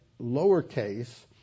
lowercase